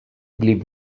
believe